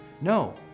No